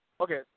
Okay